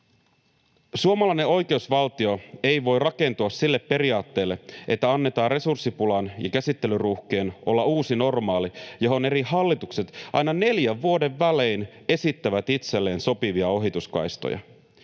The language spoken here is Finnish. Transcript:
Suomalainen oikeusvaltio ei voi rakentua sille periaatteelle, että annetaan resurssipulan ja käsittelyruuhkien olla uusi normaali, johon eri hallitukset aina neljän vuoden välein esittävät itselleen sopivia ohituskaistoja.